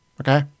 Okay